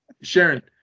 Sharon